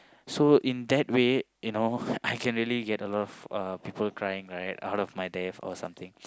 so in that way you know I can really can get a lot of uh people crying right out of my death or something